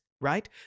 right